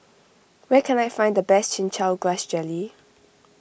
where can I find the best Chin Chow Grass Jelly